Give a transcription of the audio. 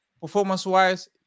performance-wise